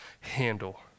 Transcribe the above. handle